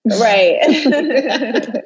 Right